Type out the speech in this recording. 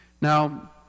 Now